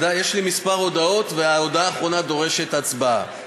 יש לי כמה הודעות, וההודעה האחרונה דורשת הצבעה.